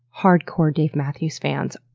hardcore dave matthews fans.